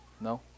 No